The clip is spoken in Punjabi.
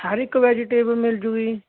ਹਰ ਇੱਕ ਵੈਜੀਟੇਬਲ ਮਿਲ ਜੂਗੀ ਜੀ